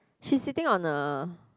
she's sitting on a